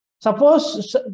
Suppose